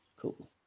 cool